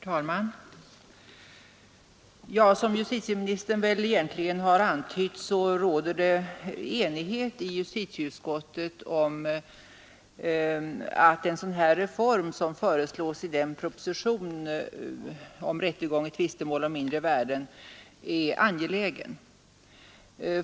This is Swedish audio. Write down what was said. Herr talman! Som justitieministern väl egentligen har antytt, råder det enighet i justitieutskottet om att en sådan reform som den i propositionen föreslagna om rättegång i tvistemål om mindre värden är angelägen.